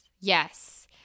Yes